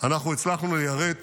אנחנו הצלחנו ליירט